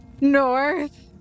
North